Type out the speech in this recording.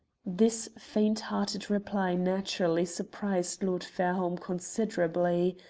this faint-hearted reply naturally surprised lord fairholme considerably.